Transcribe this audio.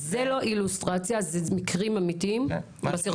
הוא הציע לסבא לספר